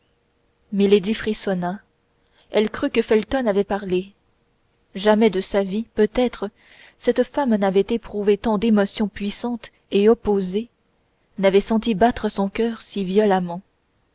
milady frissonna elle crut que felton avait parlé jamais de sa vie peut-être cette femme qui avait éprouvé tant d'émotions puissantes et opposées n'avait senti battre son coeur si violemment